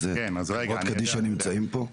חברת קדישא ירושלים נמצאים פה?